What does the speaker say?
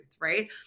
right